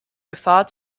gefahr